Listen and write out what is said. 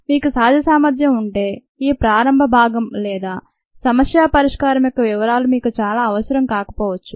మీకు సహజ సామర్థ్యం ఉంటే ఈ ప్రారంభ భాగం లేదా సమస్య పరిష్కారం యొక్క వివరాలు మీకు చాలా అవసరం కాకపోవచ్చు